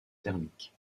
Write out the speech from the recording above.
thermiques